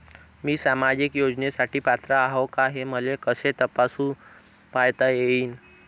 मी सामाजिक योजनेसाठी पात्र आहो का, हे मले कस तपासून पायता येईन?